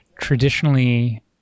Traditionally